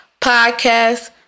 Podcast